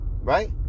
Right